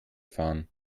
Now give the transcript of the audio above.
fahren